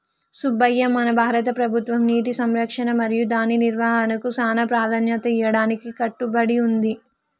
సుబ్బయ్య మన భారత ప్రభుత్వం నీటి సంరక్షణ మరియు దాని నిర్వాహనకు సానా ప్రదాన్యత ఇయ్యడానికి కట్టబడి ఉంది